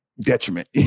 detriment